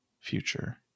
future